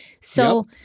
So-